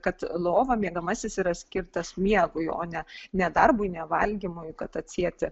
kad lova miegamasis yra skirtas miegui o ne ne darbui ne valgymui kad atsieti